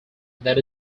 that